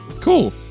Cool